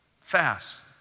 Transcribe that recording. Fast